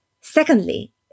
Secondly